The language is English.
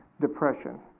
depression